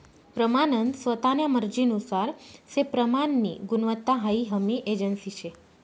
प्रमानन स्वतान्या मर्जीनुसार से प्रमाननी गुणवत्ता हाई हमी एजन्सी शे